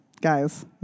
guys